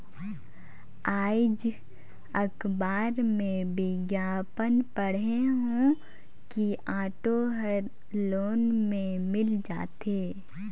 आएज अखबार में बिग्यापन पढ़े हों कि ऑटो हर लोन में मिल जाथे